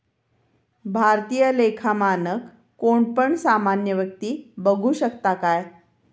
भारतीय लेखा मानक कोण पण सामान्य व्यक्ती बघु शकता काय?